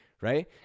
right